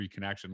reconnection